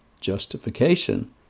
Justification